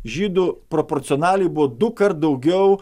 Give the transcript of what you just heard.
žydų proporcionaliai buvo dukart daugiau